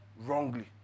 wrongly